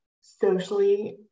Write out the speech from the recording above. socially